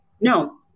no